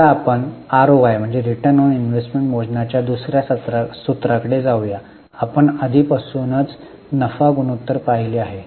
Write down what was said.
आता आपण आरओआय मोजण्याच्या दुसर्या सूत्राकडे जाऊया आपण आधीपासूनच नफा गुणोत्तर पाहिले आहे